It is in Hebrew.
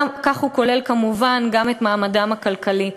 כך הוא כולל כמובן גם את מעמדן הכלכלי.